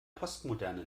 postmoderne